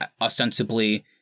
ostensibly